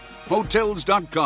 Hotels.com